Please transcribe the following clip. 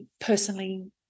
personally